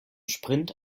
sprint